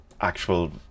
actual